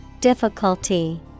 Difficulty